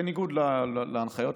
בניגוד להנחיות,